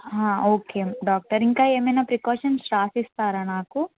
okay doctor ఇంకా ఏమైనా precautions రాసిస్తారా నాకు